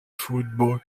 football